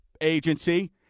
agency